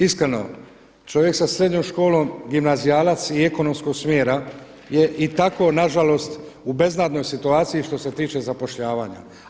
Iskreno, čovjek sa srednjom školom gimnazijalac i ekonomskog smjera je i tako na žalost u beznadnoj situaciji što se tiče zapošljavanja.